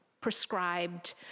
prescribed